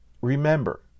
remember